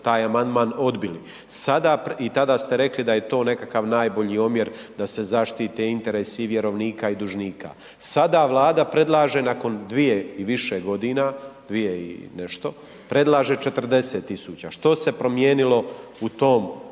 taj amandman odbili i tada ste rekli da je to nekakav najbolji omjer da se zaštite interesi i vjerovnika i dužnika. Sada Vlada predlaže nakon dvije i više godina, dvije i nešto, predlaže 40 tisuća. Što se promijenilo u tom